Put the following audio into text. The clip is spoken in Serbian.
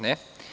Ne.